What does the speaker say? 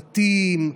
בתים,